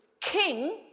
king